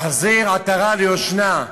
להחזיר עטרה ליושנה.